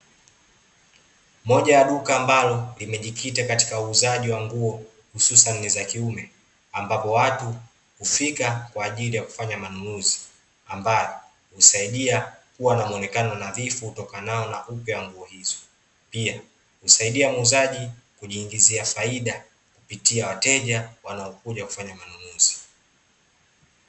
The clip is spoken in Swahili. Moja ya duka ambalo limejikita katika uuzaji wa nguo hususani za kiume ambapo watu hufika kwa ajili ya kufanya manunuzi, ambayo husaidia kuwa na muonekano nadhifu utakanao na upya nguo hizo, pia husaidia muuzaji kujiingizia faida kupitia wateja wanaokuja kufanya manunuzi.